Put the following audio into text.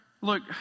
Look